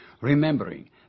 remembering